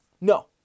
No